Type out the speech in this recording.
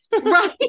Right